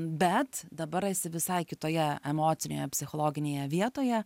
bet dabar esi visai kitoje emocinėje psichologinėje vietoje